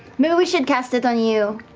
maybe we should cast it on you.